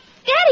Daddy